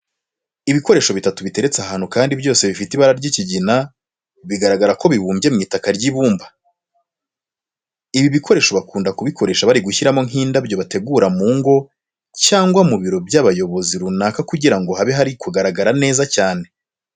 Ibikoresho bitatu biteretse ahantu kandi byose bifite ibara ry'ikigina, biragaragara ko bibumbye mu itaka ry'ibumba. Ibi bikoresho bakunda kubikoresha bari gushyiramo nk'indabyo bategura mu ngo cyangwa ku biro by'abayobozi runaka kugira ngo habe hari kugaragara neza cyane.